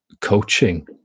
coaching